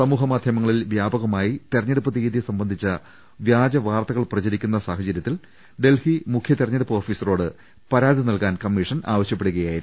സമൂഹ മാധ്യമങ്ങളിൽ വ്യാപക മായി തെരഞ്ഞെടുപ്പ് തിയതി സംബന്ധിച്ച വ്യാജ വാർത്തകൾ പ്രചരി ക്കുന്ന സാഹചര്യത്തിൽ ഡൽഹി മുഖ്യതെരഞ്ഞെടുപ്പ് ഓഫീസറോട് പരാതി നകാൻ കമ്മീഷൻ ആവശ്യപ്പെടുകയായിരുന്നു